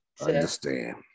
understand